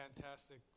Fantastic